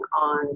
on